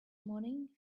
morning